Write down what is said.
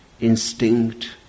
instinct